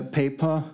paper